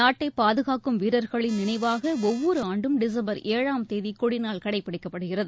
நாட்டை பாதுகாக்கும் வீரர்களின் நினைவாக ஒவ்வொரு ஆண்டும் டிசம்பர் ஏழாம் தேதி கொடிநாள் கடைபிடிக்கப்படுகிறது